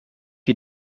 you